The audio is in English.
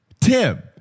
Tim